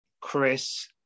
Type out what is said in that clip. Chris